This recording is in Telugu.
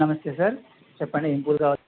నమస్తే సార్ చెప్పండి ఏం పూలు కావాలి